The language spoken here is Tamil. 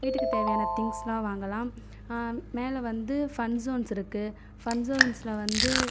வீட்டுக்கு தேவையான திங்ஸெலாம் வாங்கலாம் மேலே வந்து ஃபன் ஸோன்ஸ் இருக்குது ஃபன் ஸோன்ஸில் வந்து